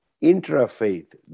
intra-faith